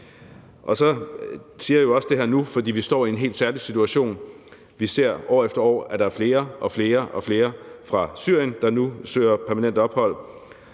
Så siger jeg jo også det her nu, fordi vi står i en helt særlig situation. Vi ser år efter år, at der er flere og flere fra Syrien, der søger permanent ophold.